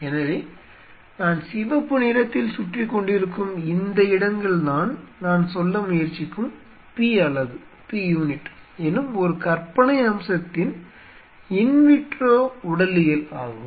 எனவே நான் சிவப்பு நிறத்தில் சுற்றிக் கொண்டிருக்கும் இந்த இடங்கள்தான் நான் சொல்ல முயற்சிக்கும் P அலகு என்னும் ஒரு கற்பனை அம்சத்தின் இன் விட்ரோ உடலியல் ஆகும்